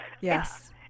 Yes